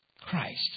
Christ